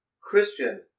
Christian